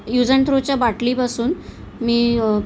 use and थ्रोच्या बाटलीपासून मी